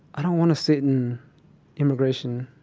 i don't want to sit in immigration,